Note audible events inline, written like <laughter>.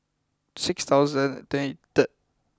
six thousand and <unintelligible>